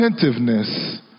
attentiveness